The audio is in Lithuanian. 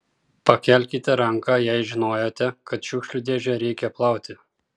pakelkite ranką jei žinojote kad šiukšlių dėžę reikia plauti